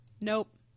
nope